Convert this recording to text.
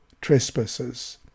trespasses